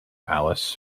alice